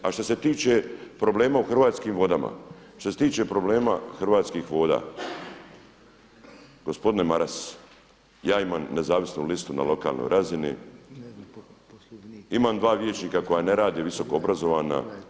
A što se tiče problema u Hrvatskim vodama, što se tiče problema Hrvatskih voda gospodine Maras ja imam nezavisnu listu na lokalnoj razini, imam dva vijećnika koja ne rade visoko obrazovana.